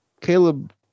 Caleb